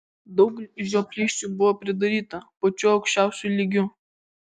daug žioplysčių buvo pridaryta pačiu aukščiausiu lygiu